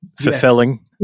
fulfilling